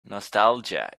nostalgia